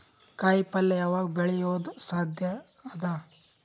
ಕಾಯಿಪಲ್ಯ ಯಾವಗ್ ಬೆಳಿಯೋದು ಸಾಧ್ಯ ಅದ?